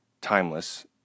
timeless